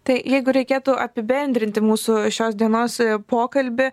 tai jeigu reikėtų apibendrinti mūsų šios dienos pokalbį